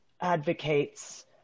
advocates